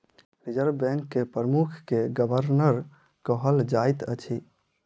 reserve bank के प्रमुख के गवर्नर कहल जाइत अछि